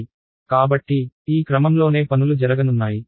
కాబట్టి ఈ క్రమంలోనే పనులు జరగనున్నాయి